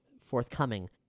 forthcoming